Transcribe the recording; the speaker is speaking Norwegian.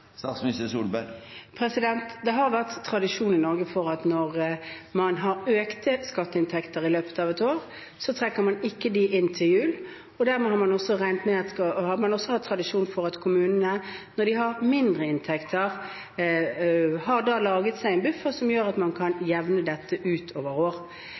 Det har vært tradisjon i Norge for at når man har økte skatteinntekter i løpet av et år, trekker man dem ikke inn til jul, og dermed har man også hatt tradisjon for at kommunene når de har mindre inntekter, har laget seg en buffer som gjør at man kan jevne dette ut over år.